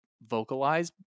vocalize